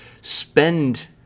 spend